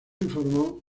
informó